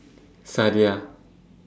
Sadia